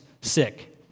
sick